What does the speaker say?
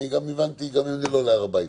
אני הבנתי גם אם אני לא עולה להר הבית.